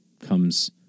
comes